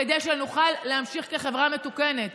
כדי שנוכל להמשיך כחברה מתוקנת.